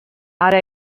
ara